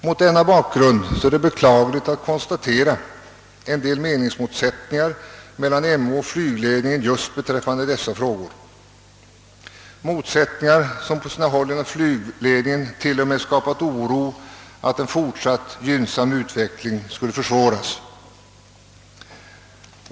Mot denna bakgrund är det beklagligt att konstatera en del meningsmotsättningar mellan MO och flygledningen just beträffande dessa frågor, motsättningar som på sina håll inom flygledningen t.o.m. skapat oro för att en fortsatt gynnsam utveckling skulle försvåras.